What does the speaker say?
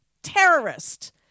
terrorist